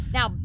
Now